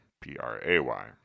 P-R-A-Y